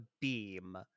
beam